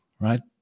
right